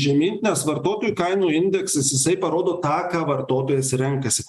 žemyn nes vartotojų kainų indeksas jisai parodo tą ką vartotojas renkasi